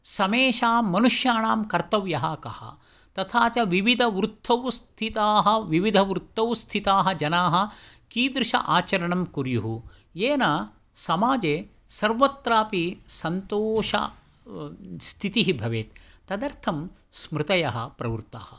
समेषां मनुष्याणां कर्तव्यः कः तथा च विविधवृत्तौ स्थिताः जनाः कीदृश आचरणं कुर्युः येन समाजे सर्वत्रापि सन्तोषस्थितिः भवेत् तदर्थं स्मृतयः प्रवृत्ताः